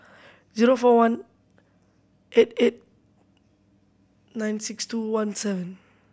zero four one eight eight nine six two one seven